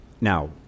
Now